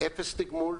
ב-0 תגמול,